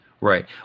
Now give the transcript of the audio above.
Right